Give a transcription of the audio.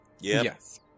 Yes